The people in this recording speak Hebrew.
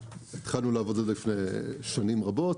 התחלנו לעבוד על זה לפני שנים רבות.